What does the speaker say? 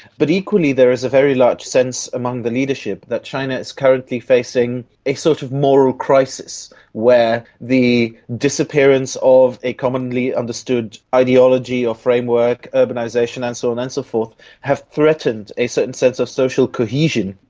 but equally there is a very large sense among the leadership that china is currently facing a sort of moral crisis where the disappearance of a commonly understood ideology or framework, urbanisation and so on and so forth have threatened a certain sense of social cohesion,